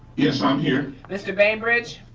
yes, i'm here, mr. bainbridge?